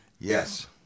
yes